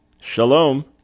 Shalom